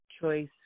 choice